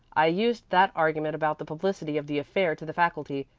i used that argument about the publicity of the affair to the faculty,